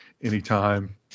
anytime